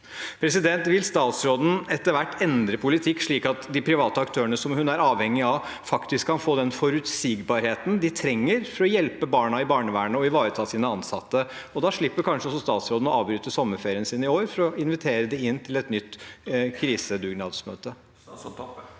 ønsker. Vil statsråden etter hvert endre politikk slik at de private aktørene, som hun er avhengig av, faktisk kan få den forutsigbarheten de trenger for å hjelpe barna i barnevernet og ivareta sine ansatte? Da slipper kanskje også statsråden å avbryte sommerferien sin i år for å invitere dem inn til et nytt krisedugnadsmøte.